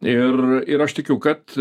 ir ir aš tikiu kad